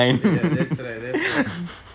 ya that's right that's right